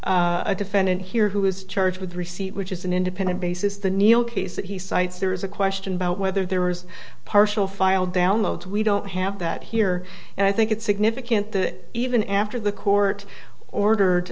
have a defendant here who is charged with receipt which is an independent basis the neal case that he cites there is a question about whether there was a partial file downloads we don't have that here and i think it's significant that even after the court ordered